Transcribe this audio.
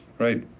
right.